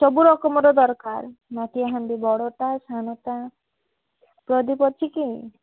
ସବୁ ରକମ ର ଦରକାର ମାଟି ହାଣ୍ଡି ବଡ଼ଟା ସାନଟା ପ୍ରଦୀପ ଅଛି କି